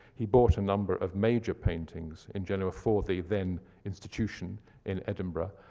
he bought a number of major paintings in genoa for they then institution in edinburgh.